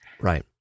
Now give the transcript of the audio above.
Right